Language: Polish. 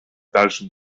dalszym